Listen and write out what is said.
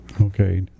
Okay